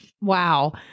Wow